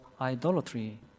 idolatry